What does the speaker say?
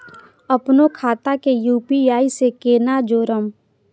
अपनो खाता के यू.पी.आई से केना जोरम?